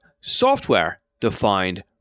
software-defined